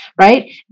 right